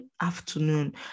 afternoon